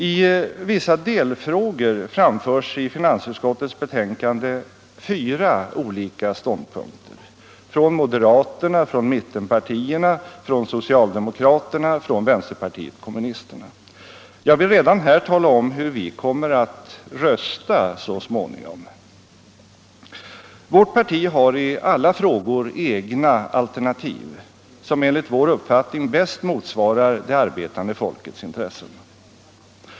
I vissa delfrågor framförs i finansutskottets betänkande fyra olika ståndpunkter — från moderaterna, från mittenpartierna, från socialdemokraterna och från vänsterpartiet kommunisterna. Jag vill redan här tala om hur vi kommer att rösta. Vårt parti har i alla frågor egna alternativ, som enligt vår uppfattning bäst motsvarar det arbetande folkets intressen.